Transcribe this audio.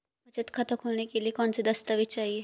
बचत खाता खोलने के लिए कौनसे दस्तावेज़ चाहिए?